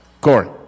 Corey